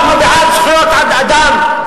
אנחנו בעד זכויות אדם.